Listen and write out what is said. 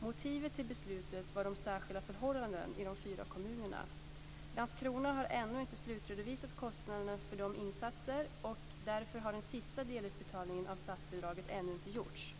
Motivet till beslutet var de särskilda förhållandena i de fyra kommunerna. Landskrona har ännu inte slutredovisat kostnaderna för dessa insatser och därför har den sista delutbetalningen av statsbidraget ännu inte gjorts.